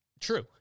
True